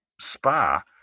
spa